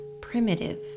primitive